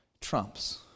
trumps